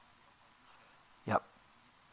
yup